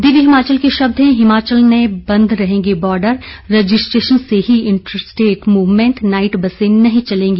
दिव्य हिमाचल के शब्द हैं हिमाचल में बंद रहेंगे बॉर्डर रजिस्ट्रेशन से ही इंटरस्टेट मूवमेंट नाइट बसें नहीं चलेंगी